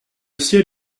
ciel